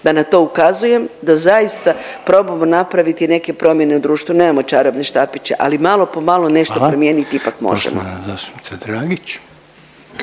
da na to ukazujem da zaista probamo napraviti neke promjene u društvu. Nemamo čarobni štapić, ali malo po malo nešto …/Upadica Reiner: